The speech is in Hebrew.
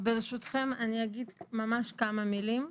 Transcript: ברשותכם, אני אגיד ממש כמה מילים.